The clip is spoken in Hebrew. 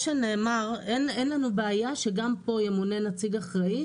אין לנו בעיה שגם פה ימונה נציג אחראי,